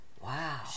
Wow